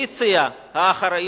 האופוזיציה האחרות,